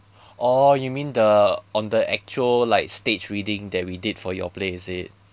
oh you mean the on the actual like stage reading that we did for your play is it